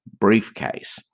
briefcase